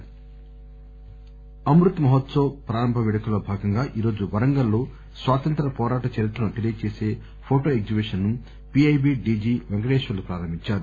DG Warangal Amrit Mahotsav ప్రారంభ వేడుకల్లో భాగంగా ఈ రోజు వరంగల్ లో స్వాతంత్ర్య పోరాట చరిత్రను తెలియజేసే ఫోటో ఎగ్జిబిషన్ ను పీఐబీ డీజీ పెంకటేశ్వర్లు ప్రారంభించారు